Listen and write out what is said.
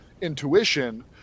intuition